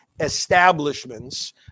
establishments